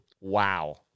Wow